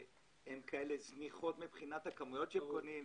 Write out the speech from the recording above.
הן כאלה זניחות מבחינת הכמויות שהם קונים,